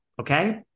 Okay